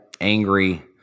angry